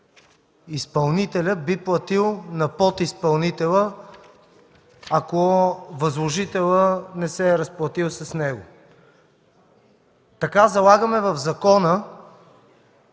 изпълнителят би платил на подизпълнителя, ако възложителят не се е разплатил с него? Така залагаме в закона